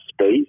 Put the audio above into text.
space